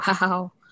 Wow